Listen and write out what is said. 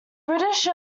british